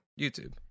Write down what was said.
YouTube